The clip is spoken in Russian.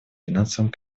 финансовым